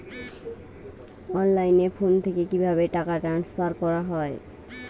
অনলাইনে ফোন থেকে কিভাবে টাকা ট্রান্সফার করা হয়?